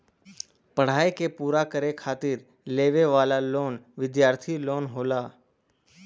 पढ़ाई क पूरा करे खातिर लेवे वाला लोन विद्यार्थी लोन होला